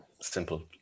simple